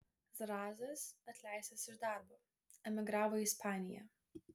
zrazas atleistas iš darbo emigravo į ispaniją